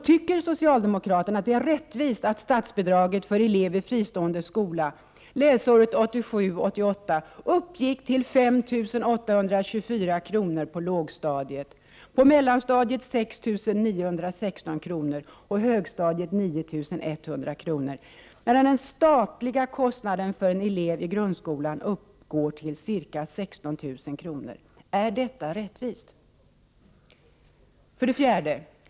Tycker socialdemokraterna att det är rättvist att statsbidraget för en elev i fristående skola läsåret 1987/88 uppgick till 5 824 kr. på lågstadiet, på mellanstadiet 6 916 kr. och på högstadiet 9 100 kr., medan den statliga kostnaden för en elev i grundskolan uppgår till ca 16 000 kr.? Är detta rättvist? 4.